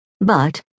But-